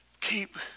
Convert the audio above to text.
keep